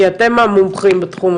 כי אתם המומחים בתחום,